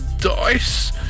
dice